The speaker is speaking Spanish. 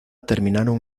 terminaron